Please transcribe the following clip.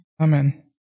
Amen